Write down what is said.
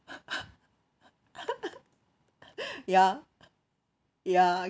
ya ya